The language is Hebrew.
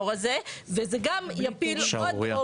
מסתבר שהם המליצו, לכן נזמן אותם לדיון כאן.